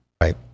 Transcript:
Right